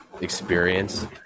experience